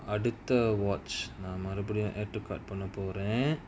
அடுத்த:adutha watch நா மருபடியு:na marupadiyu add to cart பன்ன போரன்:panna poran